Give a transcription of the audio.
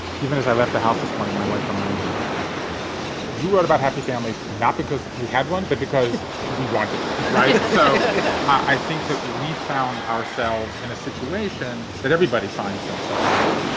even as i left the house this morning, my wife reminded me yeah you wrote about happy families not because we had one, but because we wanted one. right so i think that we found ourselves in a situation that everybody finds themselves in,